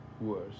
worse